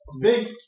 big